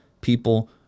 people